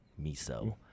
miso